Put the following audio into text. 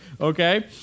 okay